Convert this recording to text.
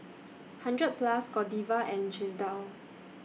hundred Plus Godiva and Chesdale